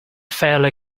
fairly